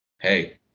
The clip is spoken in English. hey